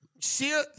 see